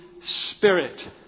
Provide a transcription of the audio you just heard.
Spirit